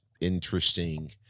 interesting